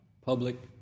public